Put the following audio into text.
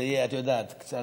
זה יהיה, את יודעת, קצת,